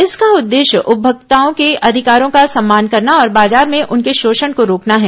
इसका उद्देश्य उपभोक्ताओं के अधिकारों का सम्मान करना और बाजार में उनके शोषण को रोकना है